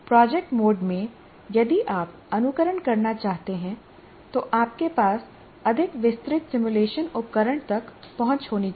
project mode में यदि आप अनुकरण करना चाहते हैं तो आपके पास अधिक विस्तृत सिमुलेशन उपकरण तक पहुंच होनी चाहिए